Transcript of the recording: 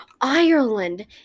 Ireland